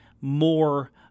more